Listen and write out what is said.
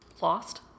lost